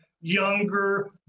younger